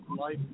life